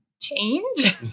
change